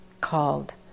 called